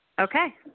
Okay